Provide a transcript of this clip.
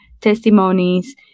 testimonies